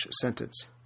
sentence